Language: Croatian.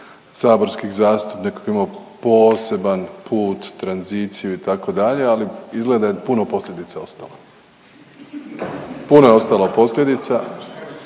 saborskih zastupnika koji je imao poseban put, tranziciju itd. ali izgleda da je puno posljedica ostalo. Puno je ostalo posljedica